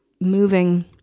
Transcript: moving